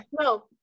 No